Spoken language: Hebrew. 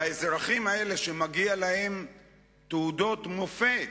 והאזרחים האלה, מגיעות להם תעודות מופת